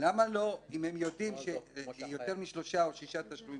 אם הם יודעים שיותר משלושה או שישה תשלומים